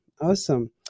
Awesome